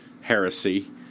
heresy